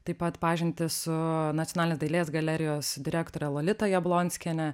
taip pat pažintys su nacionalinės dailės galerijos direktore lolita jablonskiene